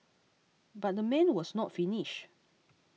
but the man was not finished